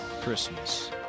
Christmas